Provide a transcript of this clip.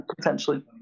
potentially